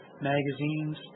magazines